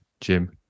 jim